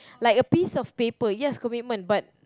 like a piece of paper commitment yes commitment but